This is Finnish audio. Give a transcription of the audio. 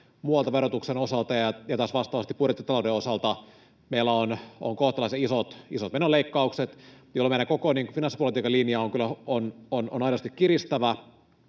muualta verotuksen osalta, ja taas vastaavasti budjettitalouden osalta meillä on kohtalaisen isot menoleikkaukset, jolloin meidän koko finanssipolitiikan linja on kyllä aidosti kiristävä